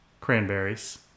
Cranberries